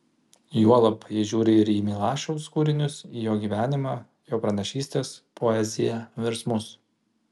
juolab jei žiūri ir į milašiaus kūrinius į jo gyvenimą jo pranašystes poeziją virsmus